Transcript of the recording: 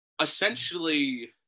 Essentially